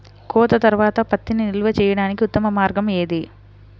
కోత తర్వాత పత్తిని నిల్వ చేయడానికి ఉత్తమ మార్గం ఏది?